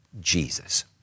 Jesus